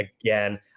again